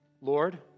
Lord